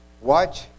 Watch